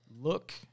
Look